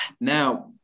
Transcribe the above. now